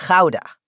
Gouda